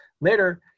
later